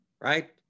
right